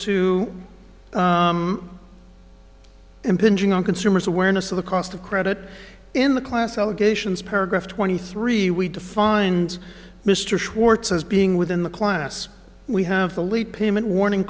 to impinging on consumers awareness of the cost of credit in the class allegations paragraph twenty three we defined mr schwartz as being within the class we have the leap him in warning